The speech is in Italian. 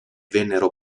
vennero